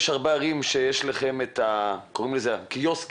ישנם הרבה אנשים, אלפי אנשים, קשישים,